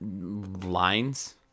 lines